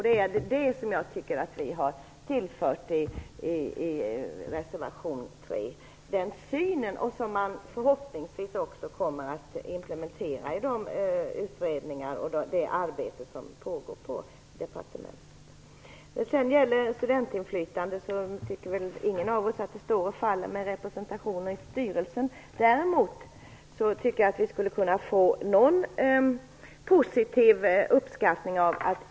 Detta tycker jag att vi har tillfört i vår reservation 3. Jag hoppas att det kommer att implementeras i de utredningar och det arbete som pågår inom departementet. När det gäller studentinflytande tycker väl ingen av oss att det står och faller med styrelserepresentation. Däremot tycker jag att vi på något sätt skulle kunna visa positiv uppskattning.